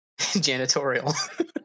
Janitorial